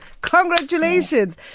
Congratulations